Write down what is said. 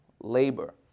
labor